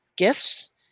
gifts